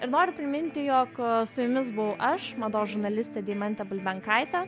ir noriu priminti jog su jumis buvau aš mados žurnalistė deimantė bulbenkaitė